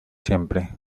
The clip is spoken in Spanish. siempre